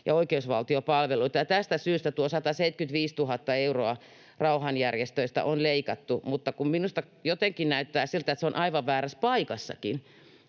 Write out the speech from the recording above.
ja oikeusvaltiopalveluita. Tästä syystä tuo 175 000 euroa rauhanjärjestöistä on leikattu — mutta minusta jotenkin näyttää siltä, että se on aivan väärässä paikassakin.